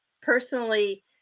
personally